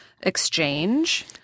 exchange